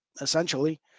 essentially